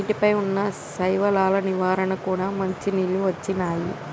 నీటి పై వున్నా శైవలాల నివారణ కూడా మషిణీలు వచ్చినాయి